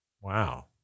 Wow